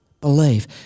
believe